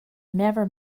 never